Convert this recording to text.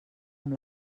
amb